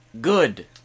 good